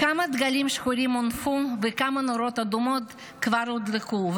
כמה דגלים שחורים הונפו וכמה נורות אדומות כבר הודלקו,